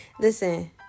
listen